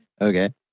Okay